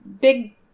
big